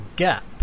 gap